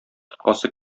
тоткасы